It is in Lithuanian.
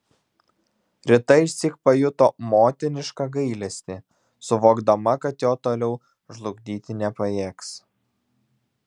rita išsyk pajuto motinišką gailestį suvokdama kad jo toliau žlugdyti nepajėgs